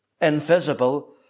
invisible